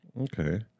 Okay